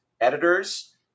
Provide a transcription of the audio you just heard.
editors